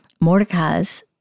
Mordecai's